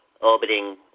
orbiting